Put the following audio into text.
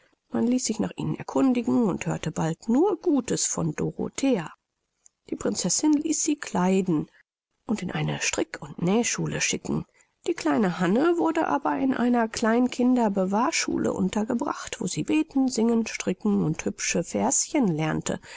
man ließ sich nach ihnen erkundigen und hörte bald nur gutes von dorothea die prinzessin ließ sie kleiden und in eine strick und nähschule schicken die kleine hanne wurde aber in einer klein kinderbewahrschule untergebracht wo sie beten singen stricken und hübsche verschen lernte